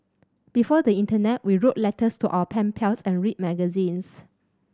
before the internet we wrote letters to our pen pals and read magazines